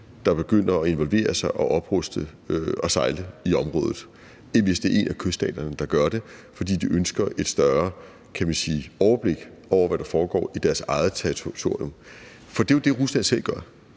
der begynder at involvere sig og opruste og sejle i området, end hvis det er en af kyststaterne, der gør det, fordi de ønsker et større overblik, kan man sige, over, hvad der foregår i deres eget territorium. For det er jo det, Rusland selv gør,